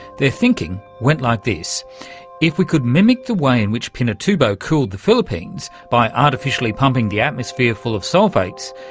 their thinking went like this if we could mimic the way in which pinatubo cooled the philippines, by artificially pumping the atmosphere full of sulphates,